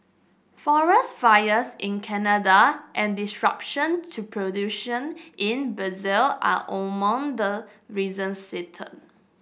forest fires in Canada and disruption to production in Brazil are among the reasons